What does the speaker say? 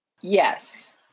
Yes